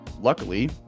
luckily